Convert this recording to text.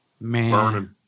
man